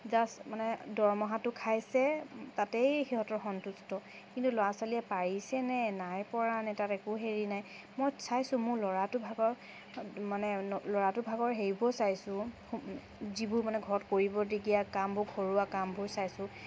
just মানে দৰমহাটো খাইছে তাতেই মানে সিহঁতৰ সন্তুষ্ট কিন্তু ল'ৰা ছোৱালীয়ে পাৰিছেনে নাই পৰানে তাত একো হেৰি নাই মই চাইছো মোৰ ল'ৰাটো ভাগৰ মানে ল'ৰাটোৰ ভাগৰ সেইবোৰ চাইছো যিবোৰ মানে ঘৰত কৰিব দিয়া কামবোৰ ঘৰুৱা কামবোৰ চাইছো